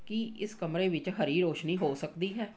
ਕੀ ਇਸ ਕਮਰੇ ਵਿੱਚ ਹਰੀ ਰੋਸ਼ਨੀ ਹੋ ਸਕਦੀ ਹੈ